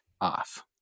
off